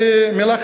היא מלה חזקה,